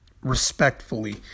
respectfully